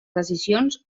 decisions